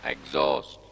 Exhaust